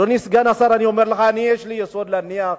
אדוני סגן השר, יש לי יסוד להניח,